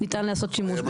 ניתן לעשות שימוש בזה.